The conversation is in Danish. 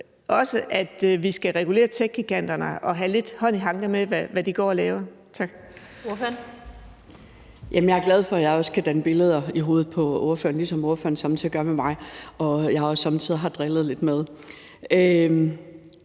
vi skal regulere techgiganterne og have lidt hånd i hanke med, hvad de går